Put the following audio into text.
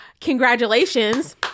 congratulations